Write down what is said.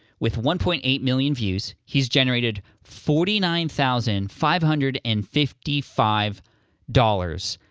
with one point eight million views, he's generated forty nine thousand five hundred and fifty five dollars.